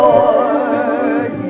Lord